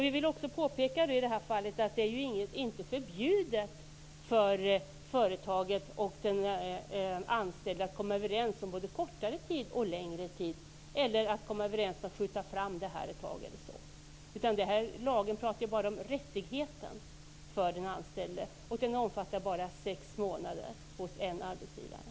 Vi vill också påpeka i det här fallet att det inte är förbjudet för företaget och den anställde att komma överens om både kortare tid och längre tid eller att komma överens om att skjuta fram det ett tag. I lagen talas det bara om rättigheten för den anställde, och den omfattar bara sex månader hos en arbetsgivare.